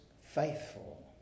faithful